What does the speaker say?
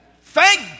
Thank